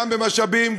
גם במשאבים,